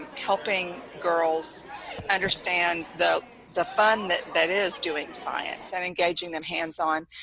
helping girls understand the the fun that that is doing science. and and giving them hands on.